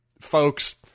folks –